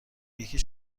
یکی